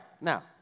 Now